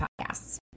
podcasts